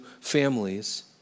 families